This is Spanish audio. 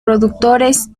productores